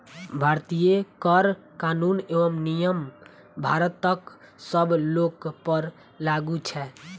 भारतीय कर कानून एवं नियम भारतक सब लोकपर लागू छै